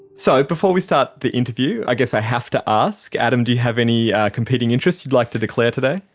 so, before we start the interview, i guess i have to ask adam, do you have any competing interests you'd like to declare today?